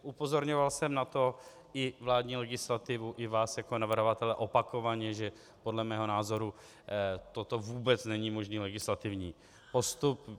Upozorňoval jsem na to i vládní legislativu, i vás jako navrhovatele opakovaně, že podle mého názoru toto vůbec není možný legislativní postup.